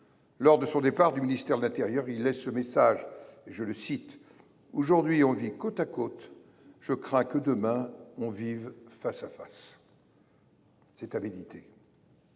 Lors de son départ du ministère de l’intérieur, il laisse ce message :« Aujourd’hui, on vit côte à côte ; je crains que, demain, on ne vive face à face. » C’est à méditer.